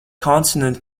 consonant